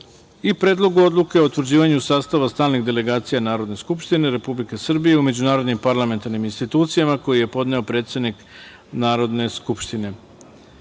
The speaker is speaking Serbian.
i Predlogu odluke o utvrđivanju sastava stalnih delegacija Narodne skupštine Republike Srbije u međunarodnim parlamentarnim institucijama, koji je podneo predsednik Narodne skupštine. Da